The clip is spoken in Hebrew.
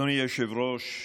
אדוני היושב-ראש,